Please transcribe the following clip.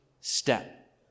step